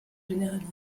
généralise